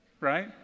Right